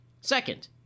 Second